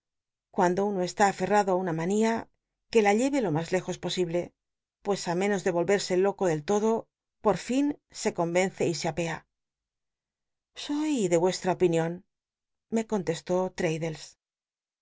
cuando uno está afettado á una manía que la lleve lo mas lejos posible pues i menos de volverse loco del lodo pot fin se convence y se apea soy de vuestra opinion me contestó